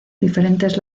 diferentes